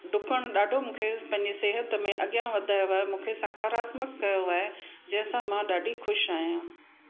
डुकणु ॾाढो मूंखे पंहिंजी सिहत में अॻियां वधायो आहे मूंखे सकारात्मक कयो आहे जंहिं सां मां ॾाढी ख़ुशि आहियां